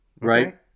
Right